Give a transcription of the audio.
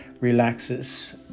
relaxes